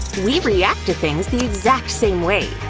we react to things the exact same way.